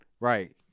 Right